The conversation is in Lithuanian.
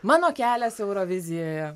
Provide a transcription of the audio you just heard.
mano kelias eurovizijoje